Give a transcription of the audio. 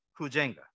Kujenga